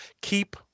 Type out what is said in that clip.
keep